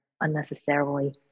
unnecessarily